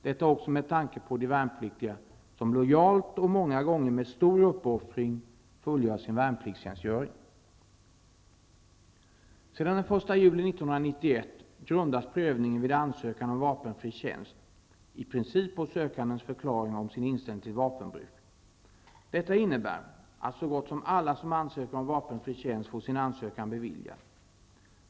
Detta också med tanke på de värnpliktiga som lojalt och många gånger med stor uppoffring fullgör sin värnpliktstjänstgöring. Sedan den 1 juli 1991 grundas prövningen vid ansökan om vapenfri tjänst i princip på sökandens förklaring om sin inställning till vapenbruk. Detta innebär att så gott som alla som ansöker om vapenfri tjänst får sin ansökan beviljad.